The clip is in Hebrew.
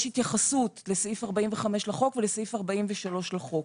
יש התייחסות לסעיף 45 לחוק ולסעיף 43 לחוק,